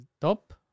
Top